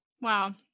Wow